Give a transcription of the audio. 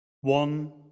one